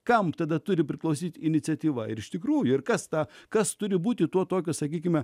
kam tada turi priklausyti iniciatyva ir iš tikrųjų ir kas tą kas turi būti tuo tokios sakykime